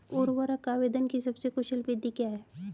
उर्वरक आवेदन की सबसे कुशल विधि क्या है?